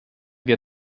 wir